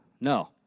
No